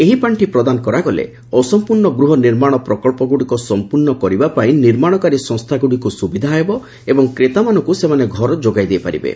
ଏହି ପାଣ୍ଠି ପ୍ରଦାନ କରାଗଲେ ଅସମ୍ପୂର୍ଣ୍ଣ ଗୃହ ନିର୍ମାଣ ପ୍ରକଳ୍ପଗୁଡ଼ିକ ସଂପୂର୍ଣ୍ଣ କରିବା ପାଇଁ ନିର୍ମାଣକାରୀ ସଂସ୍ଥାଗୁଡ଼ିକୁ ସୁବିଧା ହେବ ଏବଂ କ୍ରେତାମାନଙ୍କୁ ସେମାନେ ଘର ଯୋଗାଇ ଦେଇପାରିବେ